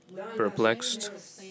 perplexed